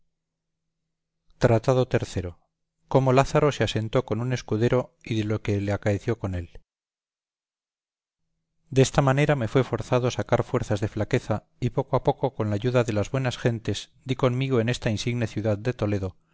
tratado tercero cómo lázaro se asentó con un escudero y de lo que le acaeció con él desta manera me fue forzado sacar fuerzas de flaqueza y poco a poco con ayuda de las buenas gentes di comigo en esta insigne ciudad de toledo